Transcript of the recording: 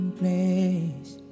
place